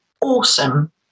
awesome